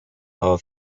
our